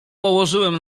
położyłem